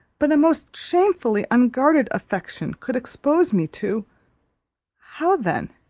but a most shamefully unguarded affection could expose me to how then,